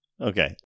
Okay